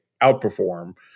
outperform